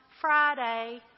Friday